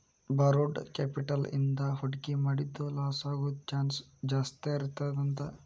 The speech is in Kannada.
ಬಾರೊಡ್ ಕ್ಯಾಪಿಟಲ್ ಇಂದಾ ಹೂಡ್ಕಿ ಮಾಡಿದ್ದು ಲಾಸಾಗೊದ್ ಚಾನ್ಸ್ ಜಾಸ್ತೇಇರ್ತದಂತ